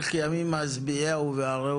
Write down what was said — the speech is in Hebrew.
שהוקרא והוצבע בדיון בשבוע שעבר.